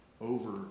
over